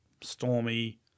stormy